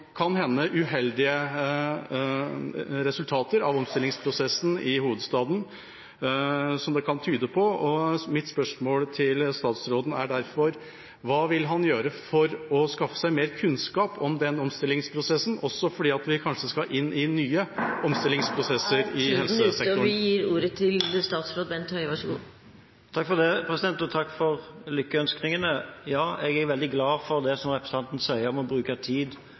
kan hende uheldige resultater av omstillingsprosessen i hovedstaden, som det kan tyde på, og mitt spørsmål til statsråden er derfor: Hva vil han gjøre for å skaffe seg mer kunnskap om den omstillingsprosessen, også fordi vi kanskje skal inn i nye omstillingsprosesser i helsesektoren? Tiden er ute. Takk for lykkønskningene. Jeg er veldig glad for det som representanten sier om å bruke tid